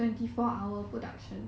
!huh!